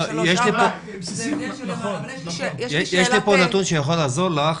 4-3. יש לי פה נתון שיכול לעזור לך